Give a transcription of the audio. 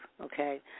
okay